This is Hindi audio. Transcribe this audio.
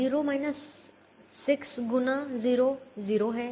0 6 गुना 0 0 है